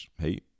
hey